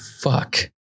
fuck